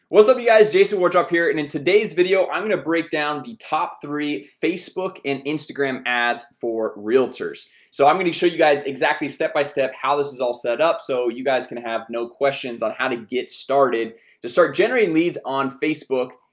what's up you guys jason wardrop here and in today's video, i'm gonna break down the top three facebook ads and instagram ads for realtors so i'm gonna show you guys exactly step by step how this is all set up so you guys can have no questions on how to get started to start generating leads on facebook.